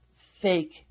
fake